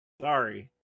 Sorry